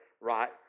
right